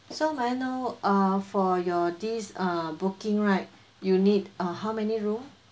so may I know uh for your this uh booking right you need uh how many room